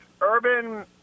Urban